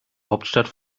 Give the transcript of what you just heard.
hauptstadt